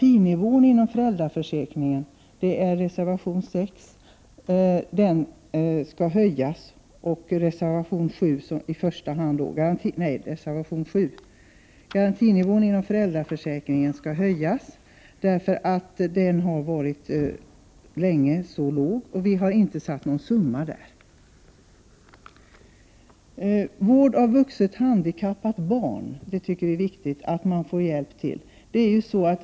I reservation 7 vill vi i miljöpartiet att garantinivån inom föräldraförsäkringen skall höjas, därför att den länge har varit så låg. Vi har inte nämnt någon summa. För vård av vuxet, handikappat barn är det viktigt att föräldrarna får hjälp.